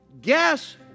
guess